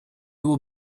will